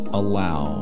allow